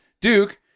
Duke